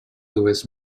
louis